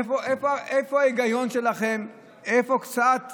איפה ההיגיון שלכם, איפה קצת שכל?